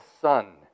Son